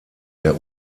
der